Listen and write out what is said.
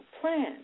plan